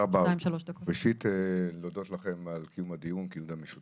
אני מודה לכם על קיום הדיון המשותף.